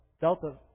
Delta